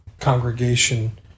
congregation